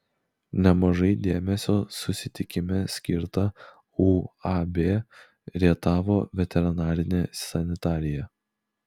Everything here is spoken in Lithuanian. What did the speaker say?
nemažai dėmesio susitikime skirta uab rietavo veterinarinė sanitarija